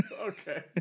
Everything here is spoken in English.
Okay